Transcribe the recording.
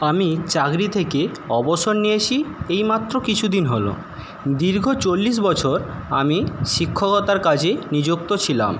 আমি চাকরি থেকে অবসর নিয়েছি এইমাত্র কিছুদিন হল দীর্ঘ চল্লিশ বছর আমি শিক্ষকতার কাজে নিযুক্ত ছিলাম